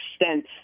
extent